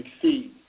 succeed